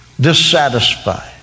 dissatisfied